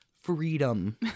freedom